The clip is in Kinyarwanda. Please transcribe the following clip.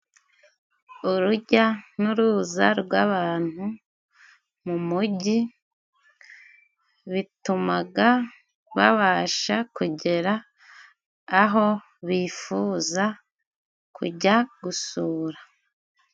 Irujya n'uruza rw'abantu mu mugi, bituma babasha kugera aho bifuza kujya gusura.